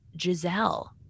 Giselle